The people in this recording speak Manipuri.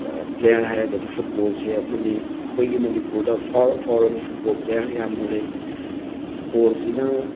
ꯄ꯭ꯂꯦꯌꯥꯔ ꯍꯥꯏꯔꯒꯗꯤ ꯐꯨꯠꯕꯣꯜꯁꯦ ꯑꯃꯅꯤ ꯑꯩꯈꯣꯏꯒꯤ ꯃꯅꯤꯄꯨꯔꯗ ꯐꯥꯎꯔ ꯐꯥꯎꯔꯕ ꯐꯨꯠꯕꯣꯜ ꯄ꯭ꯂꯦꯌꯥꯔ ꯌꯥꯝꯅ ꯂꯩ ꯐꯨꯠꯕꯣꯜꯁꯤꯅ